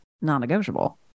non-negotiable